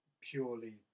purely